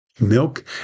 milk